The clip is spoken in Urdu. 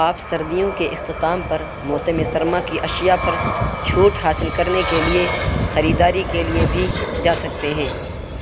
آپ سردیوں کے اختتام پر موسم سرما کی اشیا پر چھوٹ حاصل کرنے کے لیے خریداری کے لیے بھی جا سکتے ہیں